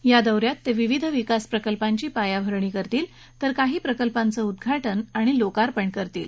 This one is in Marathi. या दौ यात ते विविध विकास प्रकल्पांची पायाभरणी करतील तर काही प्रकल्पांचं उद्घाटन आणि लोकार्पण करतील